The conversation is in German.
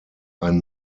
ein